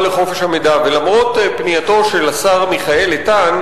לחופש המידע ולמרות פנייתו של השר מיכאל איתן,